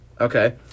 Okay